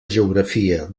geografia